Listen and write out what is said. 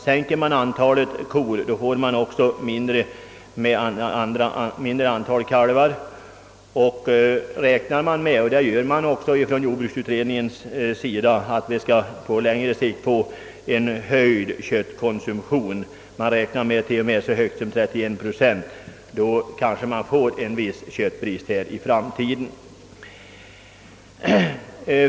Minskar man antalet kor får man också ett mindre antal kalvar och i framtiden mindre kött. Jordbruksutredningen räknar med att köttkonsumtionen kommer att stiga med så mycket som 31 procent. Då kanske man får en viss köttbrist i framtiden.